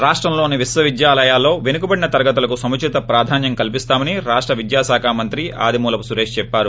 రాష్టంలోని విశ్వవిద్యాలయాల్లో పెనుకబడిన తరగతులకు సముచిత ప్రధాన్యం కల్పిస్తామని రాష్ట విద్యాశాఖ మంత్రి ఆదిమూలపు సురేష్ చెప్పారు